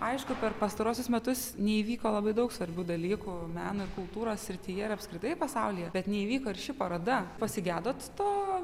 aišku per pastaruosius metus neįvyko labai daug svarbių dalykų menoir kultūros srityje ir apskritai pasaulyje bet neįvyko ir ši paroda pasigedote to